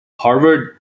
harvard